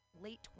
late